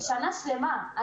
שנה שלמה.